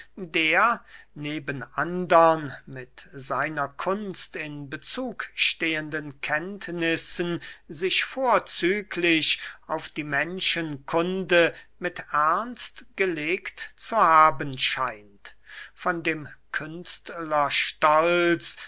der neben andern mit seiner kunst in bezug stehenden kenntnissen sich vorzüglich auf die menschenkunde mit ernst gelegt zu haben scheint von dem